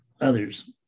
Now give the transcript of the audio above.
others